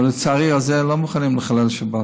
אבל, לצערי, על זה לא מוכנים לחלל שבת,